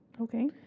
Okay